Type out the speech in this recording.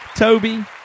Toby